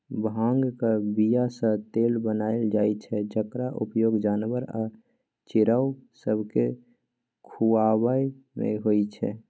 भांगक बीयासँ तेल बनाएल जाइ छै जकर उपयोग जानबर आ चिड़ैं सबकेँ खुआबैमे होइ छै